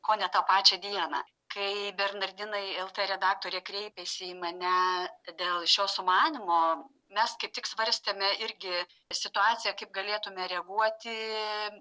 ko ne tą pačią dieną kai bernardinai lt redaktorė kreipėsi į mane dėl šio sumanymo mes kaip tik svarstėme irgi situaciją kaip galėtume reaguoti